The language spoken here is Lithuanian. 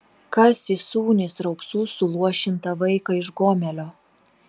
kas įsūnys raupsų suluošintą vaiką iš gomelio